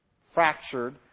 fractured